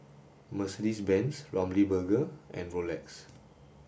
Mercedes Benz Ramly Burger and Rolex